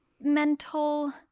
mental